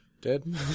Dead